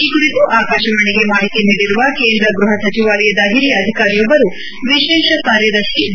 ಈ ಕುರಿತು ಆಕಾಶವಾಣಿಗೆ ಮಾಹಿತಿ ನೀಡಿರುವ ಕೇಂದ್ರ ಗ್ವಹ ಸಚಿವಾಲಯದ ಹಿರಿಯ ಅಧಿಕಾರಿಯೊಬ್ಬರು ವಿಶೇಷ ಕಾರ್ಯದರ್ಶಿ ಬಿ